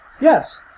Yes